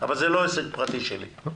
אבל זה לא עסק פרטי שלי.